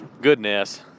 Goodness